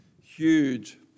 huge